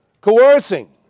coercing